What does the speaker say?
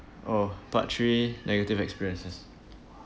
oh part three negative experiences